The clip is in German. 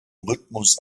rhythmus